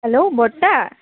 hello বৰ্তা